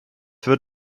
wird